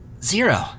Zero